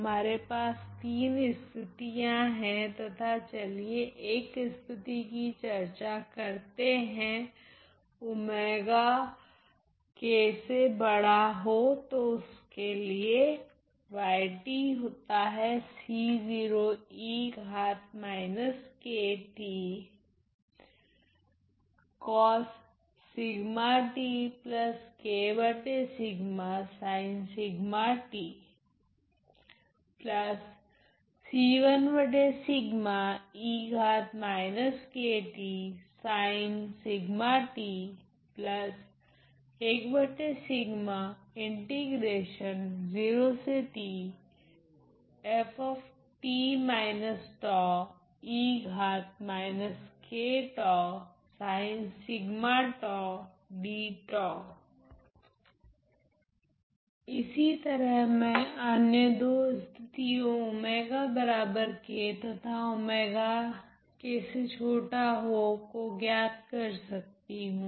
हमारे पास तीन स्थितियां है तथा चलिए एक स्थिति कि चर्चा करते है के लिए इसी तरह मैं अन्य 2 स्थितियो तथा को ज्ञात कर सकती हूँ